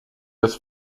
des